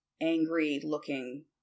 angry-looking